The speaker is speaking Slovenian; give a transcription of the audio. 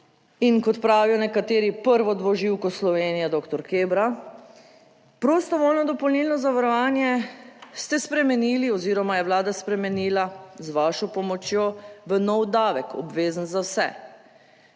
In kot pravijo nekateri, prvo dvoživko Slovenije doktor Kebra. Prostovoljno dopolnilno zavarovanje, ste spremenili oziroma je vlada spremenila z vašo pomočjo v nov davek, obvezen za vse.